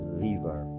liver